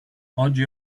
oggi